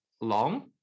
long